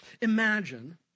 Imagine